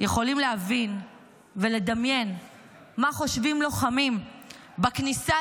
יכולים להבין ולדמיין מה חושבים לוחמים בכניסה